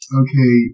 okay